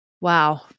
Wow